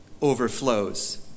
overflows